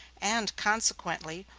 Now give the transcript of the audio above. and, consequently,